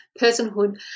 personhood